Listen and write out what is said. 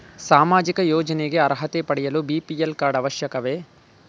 ಸಾಮಾಜಿಕ ಯೋಜನೆಗೆ ಅರ್ಹತೆ ಪಡೆಯಲು ಬಿ.ಪಿ.ಎಲ್ ಕಾರ್ಡ್ ಅವಶ್ಯಕವೇ?